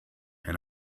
and